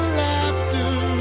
laughter